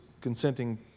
consenting